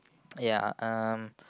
ya um